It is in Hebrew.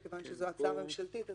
כיוון שזו הצעה ממשלתית,